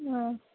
ஆ